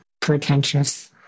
pretentious